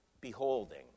beholding